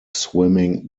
swimming